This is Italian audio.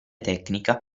tecnica